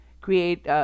create